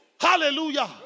Hallelujah